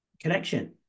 connection